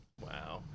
Wow